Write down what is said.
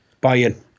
buy-in